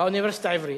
באוניברסיטה העברית.